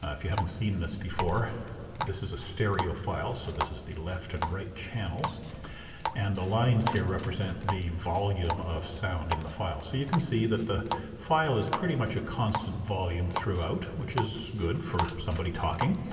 ah if you haven't seen this before this is a stereo file, so this is the left and right channels and the lines here represent the volume of sound in the file. so you can see that the file is pretty much a constant volume throughout which is good for somebody talking.